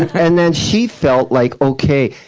and then she felt like, okay,